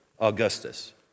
Augustus